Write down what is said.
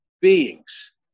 beings